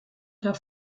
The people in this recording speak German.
der